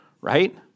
right